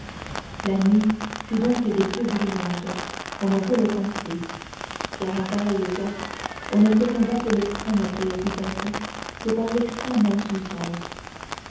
la nuit fut donc des plus bruyantes comme on peut le penser car en pareil cas on ne peut combattre l'extrême préoccupation que par l'extrême insouciance